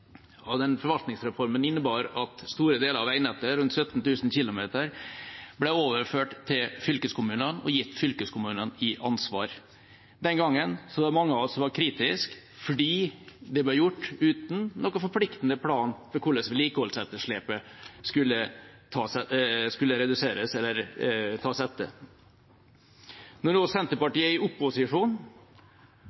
forvaltningsreform. Den forvaltningsreformen innebar at store deler av veinettet, rundt 17 000 km, ble overført til fylkeskommunene, og fylkeskommunene ble gitt ansvaret. Den gangen var mange av oss kritiske fordi det ble gjort uten noen forpliktende plan for hvordan vedlikeholdsetterslepet skulle reduseres. Når nå Senterpartiet er i opposisjon og